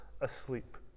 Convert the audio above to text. asleep